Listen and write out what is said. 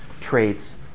traits